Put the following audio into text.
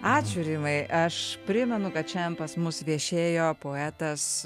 ačiū rimai aš primenu kad šiandien pas mus viešėjo poetas